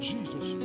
Jesus